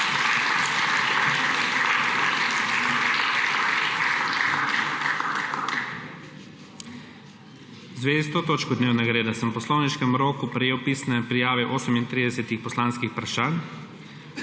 zvezi s to točko dnevnega reda sem v poslovniškem roku prejel pisne prijave 38 poslanskih vprašanj.